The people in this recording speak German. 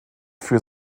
für